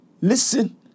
Listen